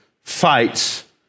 fights